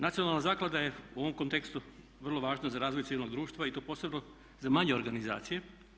Nacionalna zaklada je u ovom kontekstu vrlo važna za razvoj civilnog društva i to posebno za manje organizacije.